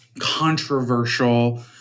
controversial